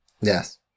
Yes